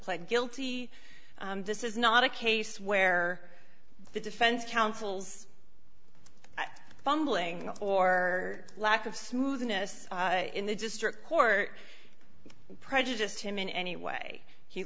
pled guilty this is not a case where the defense counsel's bungling or lack of smoothness in the district court prejudiced him in any way he